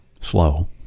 slow